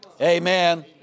Amen